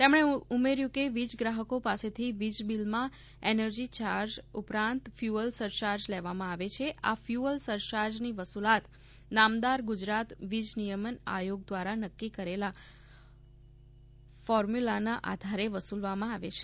તેમણે ઉમેર્યું કે વીજ ગ્રાહકો પાસેથી વીજ બિલમાં એનર્જી ચાર્જ ઉપરાંત ફ્યુઅલ સરચાર્જ લેવામાં આવે છે આ ફ્યુઅલ સરચાર્જની વસુલાત નામદાર ગુજરાત વીજ નિયમન આયોગ દ્વારા નક્કી કરેલ ફોર્મ્યુલાના આધારે વસૂલવામાં આવે છે